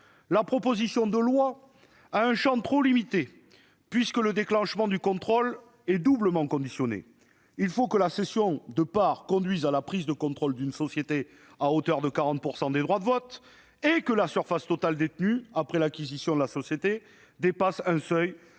La proposition de loi a un champ trop limité, le déclenchement du contrôle étant doublement conditionné : il faut que la cession de parts conduise à la prise de contrôle d'une société à hauteur de 40 % des droits de vote et que la surface totale détenue après l'acquisition de la société dépasse un seuil